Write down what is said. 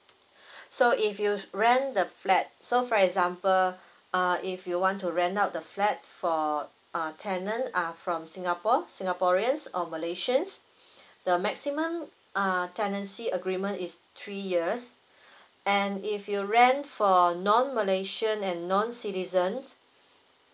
so if you rent the flat so for example uh if you want to rent out the flat for uh tenant are from singapore singaporeans or malaysians the maximum uh tenancy agreement is three years and if you rent for non malaysian and non citizen